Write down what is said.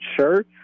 sure